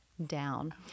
Down